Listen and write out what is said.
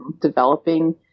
developing